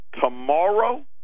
tomorrow